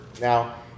Now